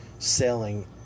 selling